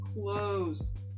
closed